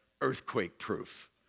earthquake-proof